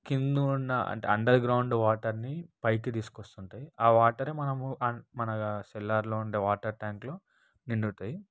కింద ఉన్నా అంటే అండర్ గ్రౌండ్ వాటర్ని పైకి తీసుకొస్తుంటాయి ఆ వాటెరే మనము మన సెల్లార్లో ఉండే వాటర్ ట్యాంక్లో నిండుతాయి